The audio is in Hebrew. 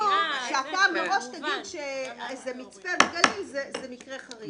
לא שמראש אתה תגיד שמצפה בגליל זה מקרה חריג.